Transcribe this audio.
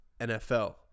NFL